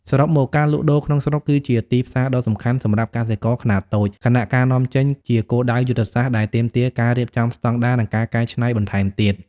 សរុបមក ការលក់ដូរក្នុងស្រុកគឺជាទីផ្សារដ៏សំខាន់សម្រាប់កសិករខ្នាតតូច ខណៈការនាំចេញជាគោលដៅយុទ្ធសាស្ត្រដែលទាមទារការរៀបចំស្តង់ដារ និងការកែច្នៃបន្ថែមទៀត។